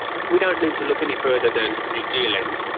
we don't need to look any further than new zealand.